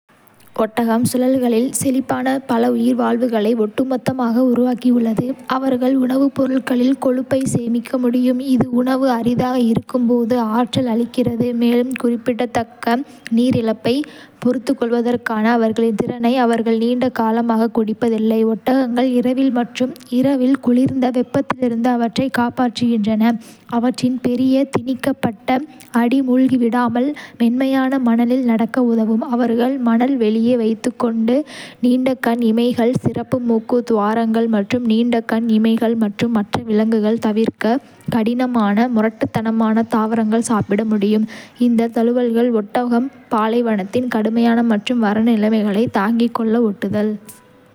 ஒட்டகம் சூழல்களில் செழிப்பான பல உயிர்வாழ்வுகளை ஒட்டுமொத்தமாக உருவாக்கியுள்ளது. அவர்கள் உணவுப்பொருட்களில் கொழுப்பை சேமிக்க முடியும், இது உணவு அரிதாக இருக்கும் போது ஆற்றல் அளிக்கிறது, மேலும் குறிப்பிடத்தக்க நீர் இழப்பை பொறுத்துக்கொள்வதற்கான அவர்களின் திறனை அவர்கள் நீண்ட காலமாக குடிப்பதில்லை. ஒட்டகங்கள் இரவில் மற்றும் இரவில் குளிர்ந்த வெப்பத்திலிருந்து அவற்றை காப்பாற்றுகின்றன, அவற்றின் பெரிய, திணிக்கப்பட்ட அடி மூழ்கிவிடாமல் மென்மையான மணலில் நடக்க உதவும். அவர்கள் மணல் வெளியே வைத்து நீண்ட கண் இமைகள் சிறப்புமூக்கு துவாரங்கள் மற்றும் நீண்ட கண் இமைகள் மற்றும் மற்ற விலங்குகள் தவிர்க்க கடினமான, முரட்டுத்தனமான தாவரங்கள் சாப்பிட முடியும். இந்த தழுவல்கள் ஒட்டகம் பாலைவனத்தின் கடுமையான மற்றும் வறண்ட நிலைமைகளை தாங்கிக்கொள்ள ஒட்டுதல்.